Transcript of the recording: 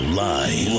live